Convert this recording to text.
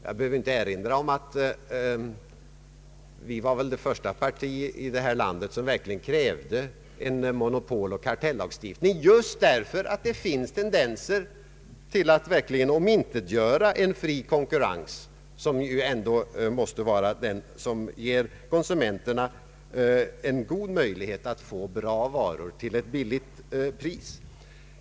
Jag behöver inte erinra om att vårt parti väl var det första i detta land som verkligen krävde en monopoloch kartellagstiftning, just därför att det finns tendenser till att omintetgöra en fri konkurrens, som ju måste syfta till att ge konsumenterna en god möjlighet att få bra varor till ett lågt pris.